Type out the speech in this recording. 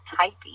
typing